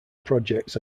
projects